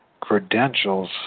credentials